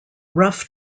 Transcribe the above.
rough